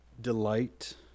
delight